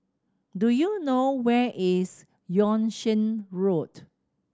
do you know where is Yung Sheng Road